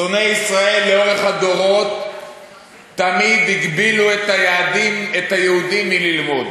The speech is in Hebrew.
שונאי ישראל לאורך הדורות תמיד הגבילו את היהודים מללמוד.